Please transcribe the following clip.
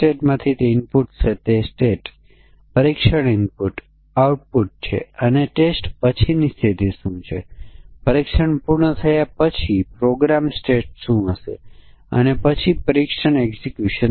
મેં કહ્યું સૌથી સરળ કારણ કે આપણે અન્ય કિંમત પણ ધ્યાનમાં લેવી જોઈએ જે એટલે કે મૂલ્ય જે સીમાની અંદર જ હોય તેને પણ જોવા જોઈએ